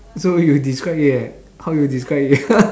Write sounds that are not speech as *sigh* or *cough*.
so you describe it eh how you describe it *laughs*